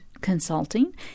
consulting